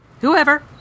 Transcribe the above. Whoever